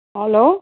hello